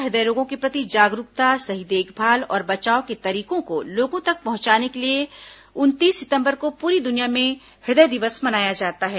हृदय रोगों के प्रति जागरूकता सही देखभाल और बचाव के तरीकों को लोगों तक पहुंचाने के लिए उनतीस सितंबर को पूरी दुनिया में हृदय दिवस मनाया जाता है